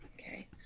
okay